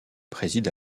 préside